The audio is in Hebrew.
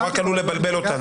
הוא רק עלול לבלבל אותנו.